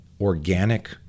organic